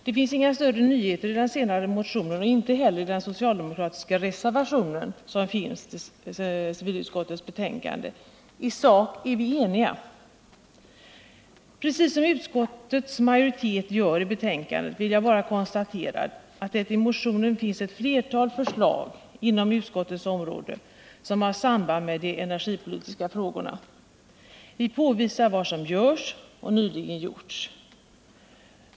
Det finns inga större nyheter i den senare motionen och inte heller i den socialdemokratiska reservation som fogats till civilutskottets betänkande. I sak är vi eniga. Precis som utskottets majoritet gör i betänkandet vill jag bara konstatera att det i motionerna finns flera förslag inom utskottets område vilka har samband med de energipolitiska frågorna. Vi påvisar vad som görs och nyligen har gjorts.